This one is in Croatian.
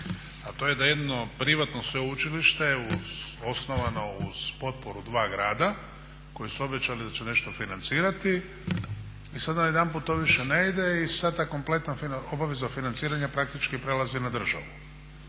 a to je da jedno privatno sveučilište osnovano uz potporu dva grada koji su obećali da će nešto financirati i sada najedanput to više ne ide i sad ta kompletna obaveza financiranja praktički prelazi na državu.